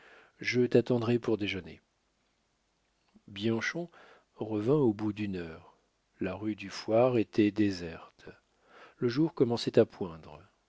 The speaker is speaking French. je t'attendrai pour déjeuner bianchon revint au bout d'une heure la rue du fouarre était déserte le jour commençait à poindre